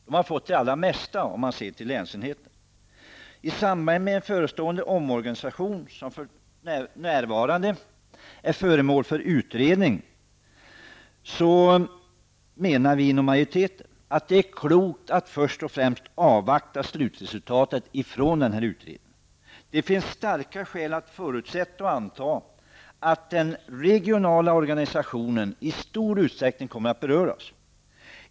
Om man ser till länsenheterna har de fått det mesta. I samband med en förestående omorganisation, som för närvarande är föremål för utredning, menar vi inom majoriteten att det är klokt att först och främst avvakta slutresultatet från utredningen. Det finns starka skäl att förutsätta och anta att den regionala organisationen i stor utsträckning berörs.